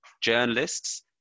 journalists